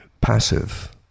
passive